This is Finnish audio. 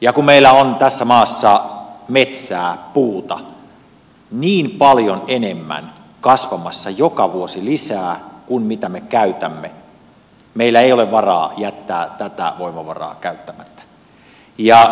ja kun meillä on tässä maassa metsää puuta niin paljon enemmän kasvamassa joka vuosi lisää kuin mitä me käytämme meillä ei ole varaa jättää tätä voimavaraa käyttämättä